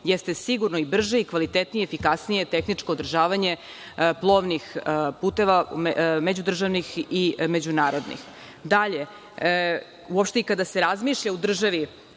jeste sigurno i brže i kvalitetnije i efikasnije tehničko održavanje plovnih puteva, međudržavnih i međunarodnih. Dalje, uopšte i kada se razmišlja u državi